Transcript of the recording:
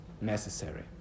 necessary